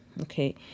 okay